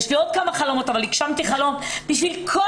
יש לי עוד כמה חלומות אבל הגשמתי חלום בשביל כל